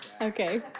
Okay